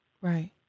Right